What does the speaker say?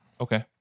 Okay